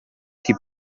chi